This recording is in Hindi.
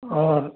और